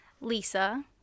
lisa